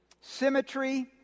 symmetry